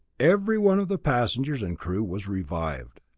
every one of the passengers and crew was revived.